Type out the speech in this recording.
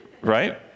Right